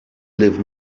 live